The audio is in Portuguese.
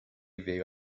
veio